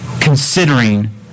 considering